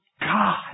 God